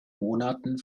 monaten